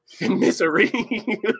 misery